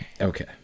Okay